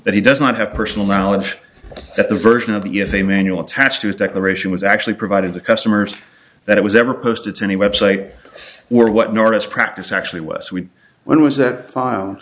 that he does not have personal knowledge that the version of the is a manual attached to a declaration was actually provided to customers that it was ever post its any website or what nora's practice actually was we when was that file